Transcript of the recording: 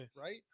Right